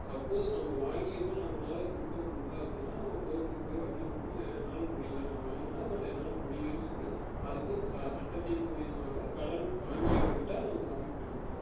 suppose நம்ம வாங்கிருக்கோம் நம்பனால கொடுக்கமுல்ல அப்படின்னா நம்ம கோர்ட்டுக்கு போய் வக்கீல் மூலியமாக என்னால் முடியல நான் வாங்குனேன் பட் என்னால் முடியலைன்னு சொல்லி அதுக்கு ச சட்டத்தின் மூலியமாக கடன் வாங்கியவர் கிட்ட நம்ம சம்பிட் பண்ணிக்கலாம்